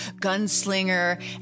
gunslinger